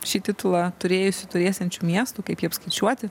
šį titulą turėjusių turėsiančių miestų kaip jį apskaičiuoti